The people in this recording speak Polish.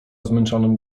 zmęczonym